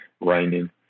raining